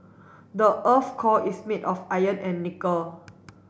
the earth's core is made of iron and nickel